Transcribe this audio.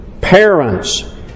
parents